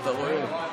אתה רואה?